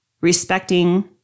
respecting